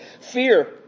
Fear